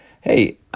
hey